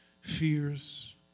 Fears